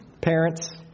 Parents